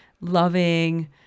loving